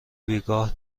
بیگاه